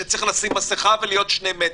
שצריך לשים מסיכה ולהיות במרחק שני מטר.